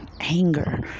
anger